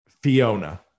Fiona